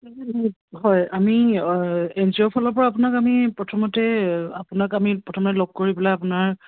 হয় আমি N G অ'ৰ ফালৰ পৰা আপোনাক আমি প্ৰথমতে আপোনাক আমি প্ৰথমতে লগ কৰি পেলাই আপোনাৰ